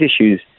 issues